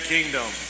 Kingdom